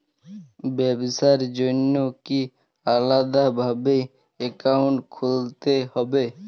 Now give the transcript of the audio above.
ব্যাবসার জন্য কি আলাদা ভাবে অ্যাকাউন্ট খুলতে হবে?